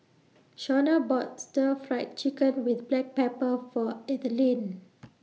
Shonna bought Stir Fried Chicken with Black Pepper For Ethelene